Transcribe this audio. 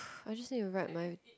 I will just need to write my